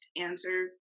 answer